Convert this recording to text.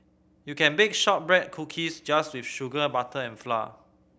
you can bake shortbread cookies just with sugar butter and flour